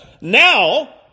Now